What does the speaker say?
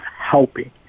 helping